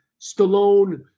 Stallone